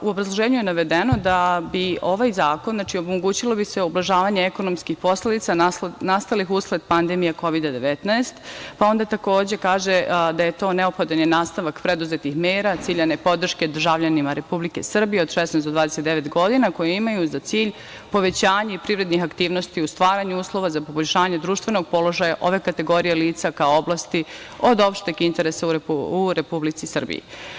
U obrazloženju je navedeno da bi ovaj zakon omogućio ublažavanje ekonomskih posledica nastalih usled pandemije Kovida-19, pa onda takođe kaže je neophodan nastavak preduzetih mera, ciljane podrške državljanima Republike Srbije od 16 do 29 godina koji imaju za cilj povećanje privrednih aktivnosti u stvaranju uslova za poboljšanje društvenog položaja ove kategorije lica kao oblasti od opšteg interesa u Republici Srbiji.